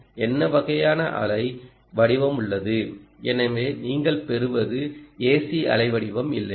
என்ன வகையான அலை வடிவம் உள்ளது எனவே நீங்கள் பெறுவது ஏசி அலைவடிவம் இல்லையா